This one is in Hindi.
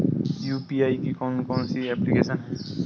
यू.पी.आई की कौन कौन सी एप्लिकेशन हैं?